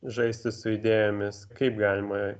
žaisti su idėjomis kaip galima